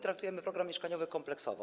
Traktujemy program mieszkaniowy kompleksowo.